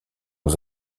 aux